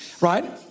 right